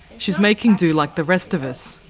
she's making do like the rest of us.